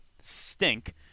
stink